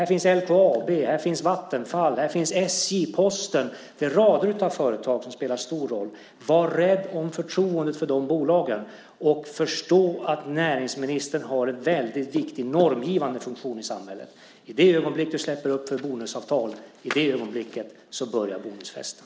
Här finns LKAB, här finns Vattenfall, här finns SJ och Posten. Det är rader av företag som spelar stor roll. Var rädd om förtroendet för de bolagen och förstå att näringsministern har en väldigt viktig normgivande funktion i samhället. I det ögonblick du släpper upp för bonusavtal börjar bonusfesten.